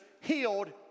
healed